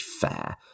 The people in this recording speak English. fair